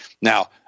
Now